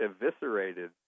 eviscerated